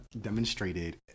demonstrated